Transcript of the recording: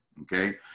Okay